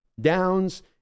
downs